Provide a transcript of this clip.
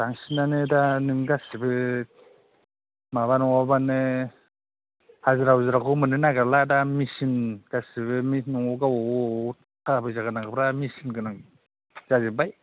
बांसिनानो दा नों गासैबो माबा नङाबानो हाजिरा हुजिराखौबो मोन्नो नागिरला दा मेसिन गासैबो न'आव गावबागाव गावबागाव थाखा फैसा गोनांफ्रा मेसिनगोनां जाजोब्बाय